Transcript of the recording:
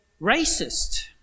racist